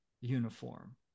uniform